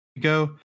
go